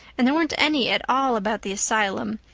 and there weren't any at all about the asylum,